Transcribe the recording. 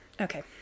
Okay